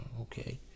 okay